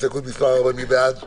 הסתייגות מס' 4 מי בעד ההסתייגות?